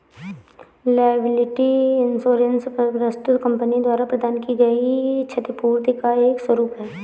liability insurance वस्तुतः company द्वारा प्रदान की गई क्षतिपूर्ति का एक स्वरूप है